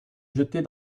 jeter